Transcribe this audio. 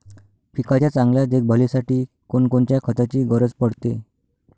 पिकाच्या चांगल्या देखभालीसाठी कोनकोनच्या खताची गरज पडते?